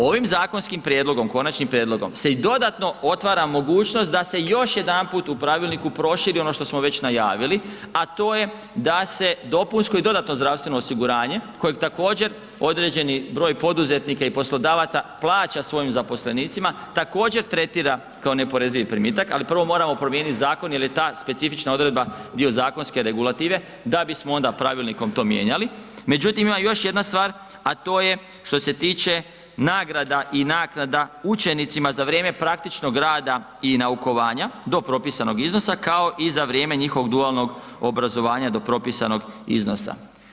Ovim zakonskim prijedlogom, konačnim prijedlogom se i dodatno otvara mogućnost da se još jedanput proširi ono što smo već najavili, a to je da se dopunsko i dodatno zdravstveno osiguranje, kojeg također, određeni broj poduzetnika i poslodavaca plaća svojim zaposlenicima, također tretira kao neoporezivi primitak, ali prvo moramo promijenit zakon jer je ta specifična odredba dio zakonske regulative, da bismo onda pravilnikom to mijenjali, međutim, ima još jedna stvar, a to je što se tiče nagrada i naknada učenicima za vrijeme praktičnog rada i naukovanja do propisanog iznosa, kao i za vrijeme njihovog dualnog obrazovanja do propisanog iznosa.